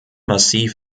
massiv